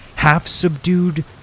Half-subdued